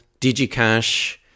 Digicash